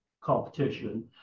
competition